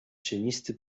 cienisty